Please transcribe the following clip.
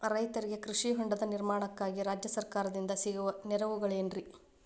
ರೈತರಿಗೆ ಕೃಷಿ ಹೊಂಡದ ನಿರ್ಮಾಣಕ್ಕಾಗಿ ರಾಜ್ಯ ಸರ್ಕಾರದಿಂದ ಸಿಗುವ ನೆರವುಗಳೇನ್ರಿ?